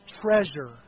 treasure